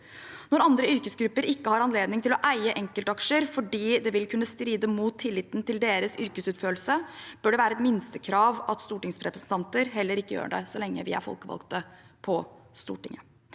Når andre yrkesgrupper ikke har anledning til å eie enkeltaksjer fordi det vil kunne stride mot tilliten til deres yrkesutøvelse, bør det være et minstekrav at stortingsrepresentanter heller ikke gjør det så lenge vi er folkevalgte på Stortinget.